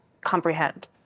comprehend